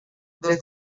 des